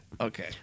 okay